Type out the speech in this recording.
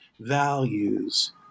values